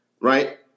right